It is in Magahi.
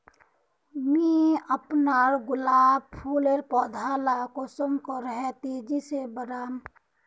मुई अपना गुलाब फूलेर पौधा ला कुंसम करे तेजी से बढ़ाम?